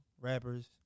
rappers